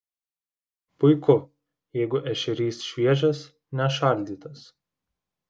puiku jeigu ešerys šviežias ne šaldytas